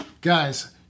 Guys